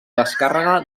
descàrrega